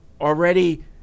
already